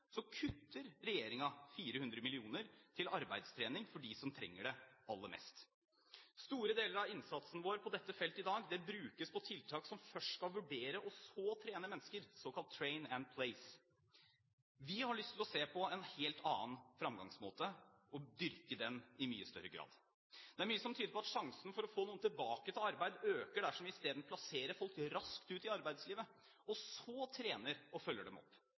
kutter regjeringen 400 mill. kr til arbeidstrening for dem som trenger det aller mest. Store deler av innsatsen vår på dette feltet i dag, brukes på tiltak som først skal vurdere og så trene mennesker, såkalt «train and place». Vi har lyst til å se på en helt annen fremgangsmåte og dyrke den i mye større grad. Det er mye som tyder på at sjansen for å få noen tilbake til arbeid øker dersom vi isteden plasserer folk raskt ut i arbeidslivet og så trener og følger dem opp.